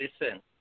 Listen